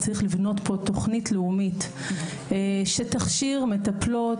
צריך לבנות פה תוכנית לאומית שתכשיר מטפלות,